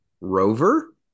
Rover